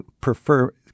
prefer